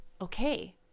okay